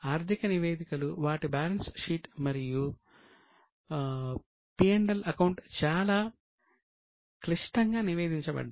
ఆర్థిక నివేదికలు వాటి బ్యాలెన్స్ షీట్ మరియు P L అకౌంట్ చాలా క్లిష్టంగా నివేదించబడ్డాయి